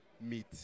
meet